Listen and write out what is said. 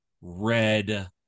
red